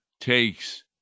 takes